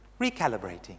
Recalibrating